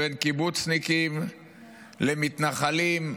בין קיבוצניקים למתנחלים,